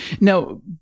Now